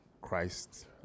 Christ